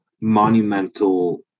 monumental